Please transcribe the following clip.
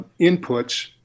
inputs